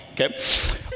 okay